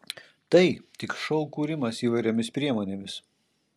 tai tik šou kūrimas įvairiomis priemonėmis